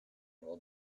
will